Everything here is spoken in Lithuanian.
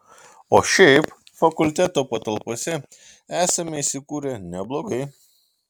o šiaip fakulteto patalpose esame įsikūrę neblogai